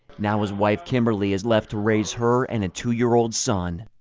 now his wife kimberly is left to raise her and a two-year-old son.